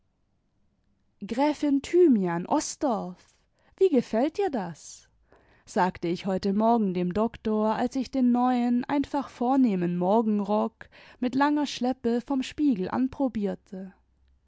gräfin thynüan osdorffl wie gefällt dir das sagte ich heute morgen dem doktor als ich den neuen einfach vornehmen morgenrock mit langer schleppe vorm spiegel anprobierte